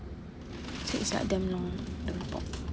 so it's like damn long the report